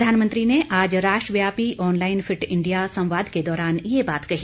प्रधानमंत्री ने आज राष्ट्रव्यापी ऑनलाइन फिट इंडिया संवाद के दौरान ये बात कही